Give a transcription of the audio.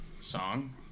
song